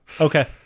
Okay